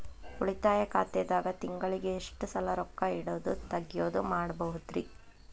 ಉಳಿತಾಯ ಖಾತೆದಾಗ ತಿಂಗಳಿಗೆ ಎಷ್ಟ ಸಲ ರೊಕ್ಕ ಇಡೋದು, ತಗ್ಯೊದು ಮಾಡಬಹುದ್ರಿ?